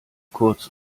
kurz